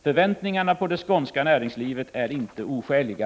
Förväntningarna på det skånska näringslivet är inte oskäliga.